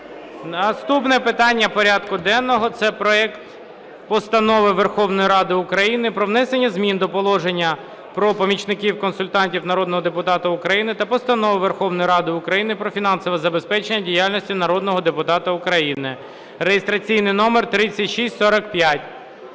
Наступне питання порядку денного – це проект Постанови Верховної Ради України про внесення змін до Положення про помічників-консультантів народного депутата України та Постанови Верховної Ради України "Про фінансове забезпечення діяльності народного депутата України" (реєстраційний номер 3645).